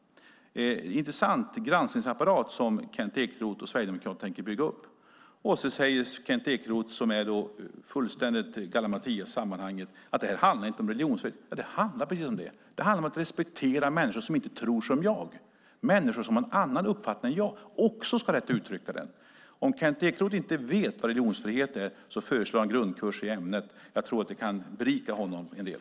Det är en intressant granskningsapparat som Kent Ekeroth och Sverigedemokraterna tänker bygga upp. Sedan säger Kent Ekeroth något som är fullständig gallimatias i sammanhanget, nämligen att detta inte handlar om religionsfrihet. Det handlar precis om det! Det handlar om att respektera människor som inte tror som jag. Människor som har en annan uppfattning än jag ska också ha rätt att utrycka den. Om Kent Ekeroth inte vet vad religionsfrihet är föreslår jag en grundkurs i ämnet. Jag tror att det kan berika honom en del.